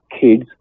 kids